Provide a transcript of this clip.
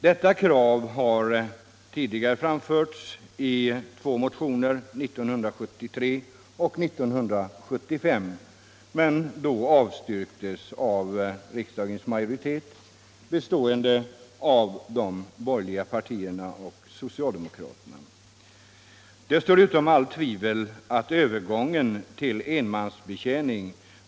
Detta krav har tidigare framförts av oss i två motioner, åren 1973 och 1975, men då avstyrkts av riksdagens majoritet. bestående av de borgerliga partierna och socialdemokraterna. Det står utom allt tvivel att övergången till enmansbetjäning.